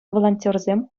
волонтерсем